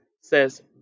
says